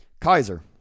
Kaiser